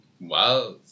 Wow